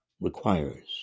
requires